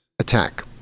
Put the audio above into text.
attack